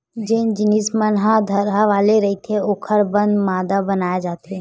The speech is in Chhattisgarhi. जेन जिनिस मन ह थरहा वाले रहिथे ओखर बर मांदा बनाए जाथे